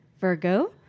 Virgo